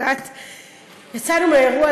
יצאנו מאירוע,